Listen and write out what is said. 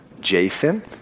Jason